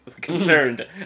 concerned